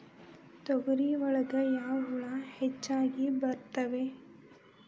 ತೊಗರಿ ಒಳಗ ಯಾವ ಹುಳ ಹೆಚ್ಚಾಗಿ ಬರ್ತವೆ?